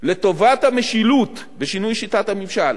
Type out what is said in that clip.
לטובת המשילות ושינוי שיטת הממשל,